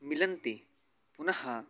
मिलन्ति पुनः